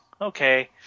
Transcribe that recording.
okay